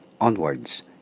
onwards